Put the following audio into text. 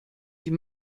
die